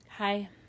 hi